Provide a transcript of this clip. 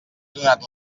donat